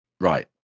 Right